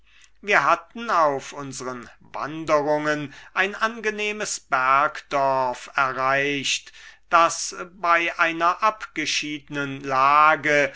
wir hatten auf unseren wanderungen ein angenehmes bergdorf erreicht das bei einer abgeschiedenen lage